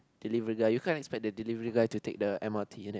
delivery guy you can't expect the delivery guy to take the m_r_t in it